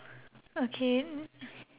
okay